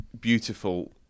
beautiful